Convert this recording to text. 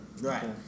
right